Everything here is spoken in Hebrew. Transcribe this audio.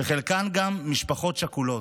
שחלקן גם משפחות שכולות?